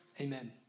Amen